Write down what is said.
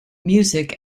music